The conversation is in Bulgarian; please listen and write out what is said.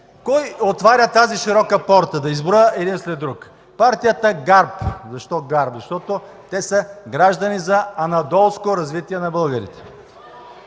Кой отваря тази широка порта – да изброя един след друг – партията ГАРБ. Защо ГАРБ? Защото те са Граждани за анадолско развитие на българите.